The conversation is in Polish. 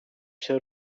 się